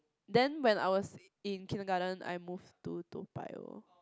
then when I was in kindergarten I move to Toa-Payoh